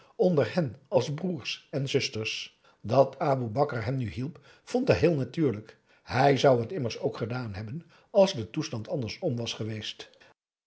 onder hen als broers en zusters dat aboe bakar hem nu hielp vond hij heel natuurlijk hij zou het immers ook gedaan hebben als de toestand andersom was geweest